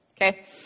okay